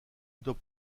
doit